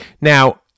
Now